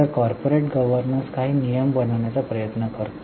तर corporate governance काही नियम बनवण्याचा प्रयत्न करतो